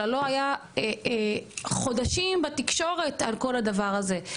אלא לא היה חודשים בתקשורת על כל הדבר הזה.